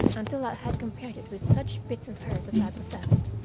until i had compared it with such bits of hers as i possessed,